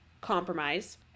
compromise